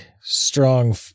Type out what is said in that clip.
strong